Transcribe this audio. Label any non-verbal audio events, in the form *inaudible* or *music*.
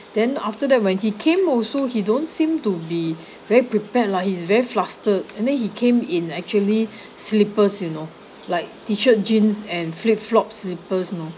then after that when he came also he don't seem to be *breath* very prepared lah he's very flustered and then he came in actually *breath* slippers you know like T-shirt jeans and flip flop slippers you know